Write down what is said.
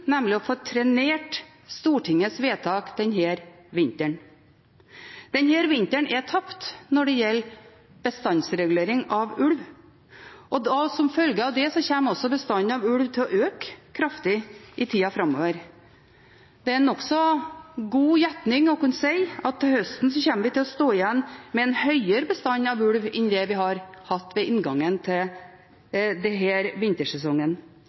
nemlig å få trenert Stortingets vedtak denne vinteren. Denne vinteren er tapt når det gjelder bestandsregulering av ulv, og som følge av det kommer også bestanden av ulv til å øke kraftig i tida framover. Det er nokså god gjetning å kunne si at til høsten kommer vi til å stå igjen med en høyere bestand av ulv enn det vi har hatt ved inngangen til denne vintersesongen.